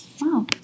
wow